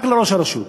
רק לראש הרשות.